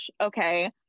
Okay